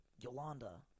Yolanda